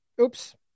oops